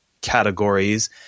categories